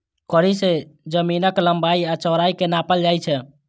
कड़ी सं जमीनक लंबाइ आ चौड़ाइ कें नापल जाइ छै